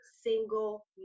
single